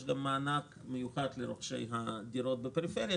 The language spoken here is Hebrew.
גם מענק מיוחד לרוכשי דירות בפריפריה,